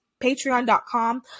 patreon.com